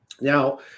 Now